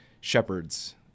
shepherds